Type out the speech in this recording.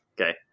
okay